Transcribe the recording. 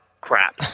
crap